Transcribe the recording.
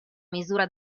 misura